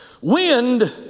wind